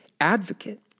advocate